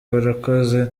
barakoze